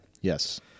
Yes